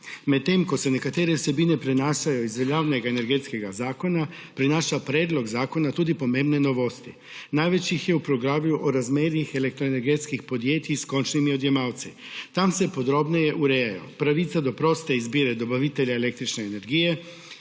Medtem ko se nekatere vsebine prenašajo iz veljavnega Energetskega zakona, prinaša predlog zakona tudi pomembne novosti. Največ jih je v poglavju o razmerjih elektroenergetskih podjetij s končnimi odjemalci. Tam se podrobneje urejajo pravica do proste izbire dobavitelja električne energije,